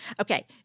Okay